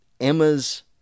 Emma's